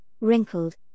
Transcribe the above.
wrinkled